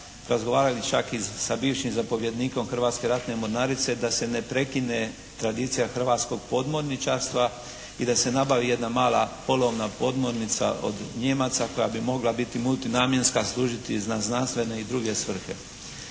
Razgovarali čak i sa bivšim zapovjednikom Hrvatske ratne mornarice da se ne prekine tradicija hrvatskog podmorničarstva i da se nabavi jedna mala polovna podmornica od Nijemaca koja bi mogla biti multinamjenska, služiti za znanstvene i druge svrhe.